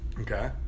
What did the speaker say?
Okay